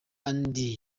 andi